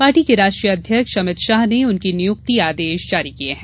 party के राष्ट्रीय अध्यक्ष अमित शाह ने उनकी नियुक्ति आदेश जारी किये है